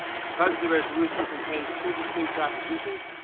because the resolution contains two distinct propositions,